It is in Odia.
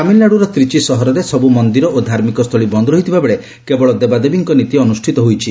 ତାମିଲନାଡ଼ୁର ତ୍ରିଚି ସହରରେ ସବୁ ମନ୍ଦିର ଓ ଧାର୍ମିକସ୍ଥଳୀ ବନ୍ଦ ରହିଥିବାବେଳେ କେବଳ ଦେବାଦେବୀଙ୍କ ନୀତି ଅନୁଷ୍ଠିତ ହୋଇଛି